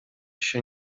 się